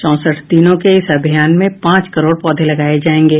चौंसठ दिनों के इस अभियान में पांच करोड़ पौधे लगाये जायेंगे